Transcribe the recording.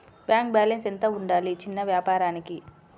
Bank balance ఎంత ఉండాలి చిన్న వ్యాపారానికి?